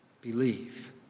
believe